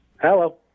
Hello